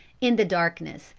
in the darkness,